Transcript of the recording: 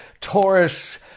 Taurus